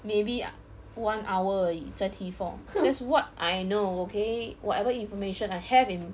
maybe ah one hour 而已在 T four that's what I know okay whatever information I have in